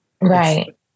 Right